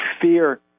fear